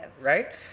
right